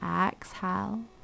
exhale